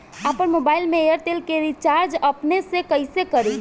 आपन मोबाइल में एयरटेल के रिचार्ज अपने से कइसे करि?